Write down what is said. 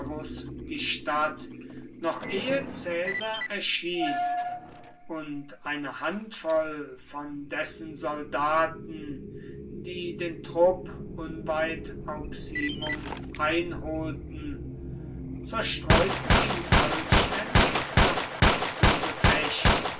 die stadt noch ehe caesar erschien und eine handvoll von dessen soldaten die den trupp unweit auximum einholten zerstreuten ihn vollständig nach kurzem gefecht